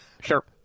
sure